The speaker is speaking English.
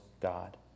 God